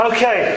Okay